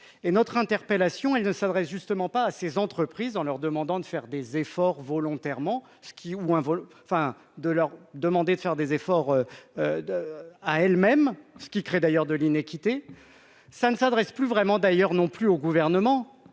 et notre interpellation ne s'adresse justement pas à ces entreprises en leur demandant de faire des efforts volontairement ce qui ou un vol enfin de leur demander de faire des efforts de à elles-mêmes, ce qui crée d'ailleurs de l'inéquité, ça ne s'adresse plus vraiment d'ailleurs non plus au gouvernement,